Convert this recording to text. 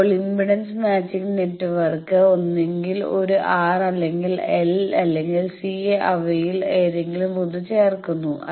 ഇപ്പോൾ impedance matching network ഒന്നുങ്കിൽ ഒരു R അല്ലെങ്കിൽ L അല്ലെങ്കിൽ C അവയിൽ ഏതെങ്കിലും ഒന്ന് ചേർക്കുന്നു